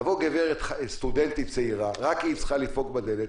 תבוא סטודנטית צעירה, היא רק צריכה לדפוק בדלת: